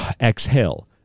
exhale